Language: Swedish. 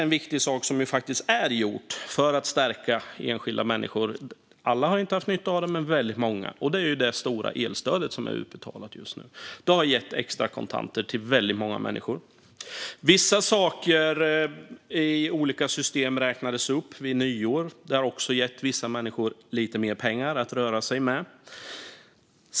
En viktig sak som faktiskt är gjord för att stärka enskilda människor - alla har inte haft nytta av den, men väldigt många - är det stora elstödet som har betalats ut. Det har gett extra kontanter till väldigt många människor. Vissa saker inom olika system räknades upp vid nyår. Det har också gett vissa människor lite mer pengar att röra sig med.